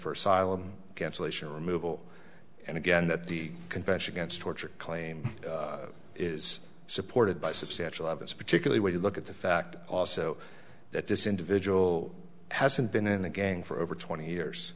asylum cancellation removal and again that the convention against torture claim is supported by substantial of this particularly when you look at the fact also that this individual hasn't been in the gang for over twenty years